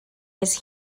his